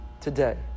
today